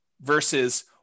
versus